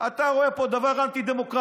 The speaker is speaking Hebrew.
אתה רואה פה דבר אנטי-דמוקרטי.